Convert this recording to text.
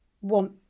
want